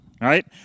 right